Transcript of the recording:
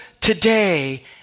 today